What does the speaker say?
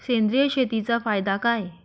सेंद्रिय शेतीचा फायदा काय?